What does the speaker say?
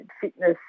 fitness